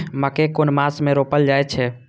मकेय कुन मास में रोपल जाय छै?